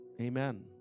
amen